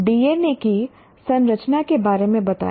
DNA की संरचना के बारे में बताएं